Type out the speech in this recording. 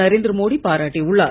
நரேந்திர மோடி பாராட்டியுள்ளார்